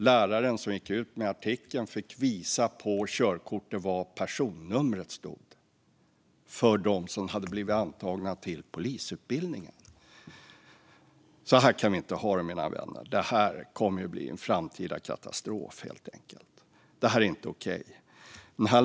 Läraren som gick ut med artikeln fick visa på körkortet var personnumret stod för dem som hade blivit antagna till polisutbildningen. Så här kan vi inte ha det, mina vänner. Det kommer att bli en framtida katastrof, helt enkelt. Det här är inte okej.